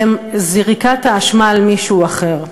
הוא זריקת האשמה על מישהו אחר.